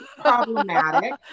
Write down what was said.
problematic